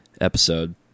episode